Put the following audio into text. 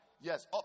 Yes